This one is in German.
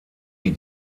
die